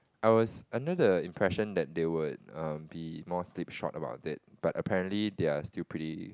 I was under the impression that they would um be more slipshod about it but apparently they're still pretty